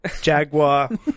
jaguar